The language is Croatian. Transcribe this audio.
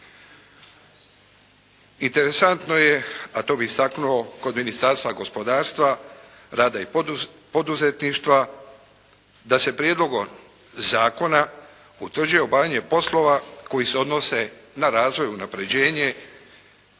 Interesantno je a to bih istaknuo kod Ministarstva gospodarstva, rada i poduzetništva da se prijedlogom zakona utvrđuje obavljanje poslova koji se odnose na razvoj, unapređenje,